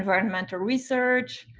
environmental research,